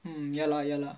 ya lah ya lah